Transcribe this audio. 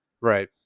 Right